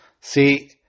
See